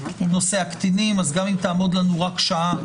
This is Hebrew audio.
נושא הקטינים כך שגם אם תעמוד לנו רק שעה,